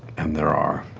and there are,